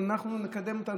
אבל אנחנו נקדם אותם,